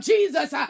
Jesus